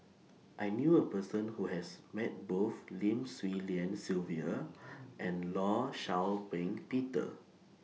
I knew A Person Who has Met Both Lim Swee Lian Sylvia and law Shau Ping Peter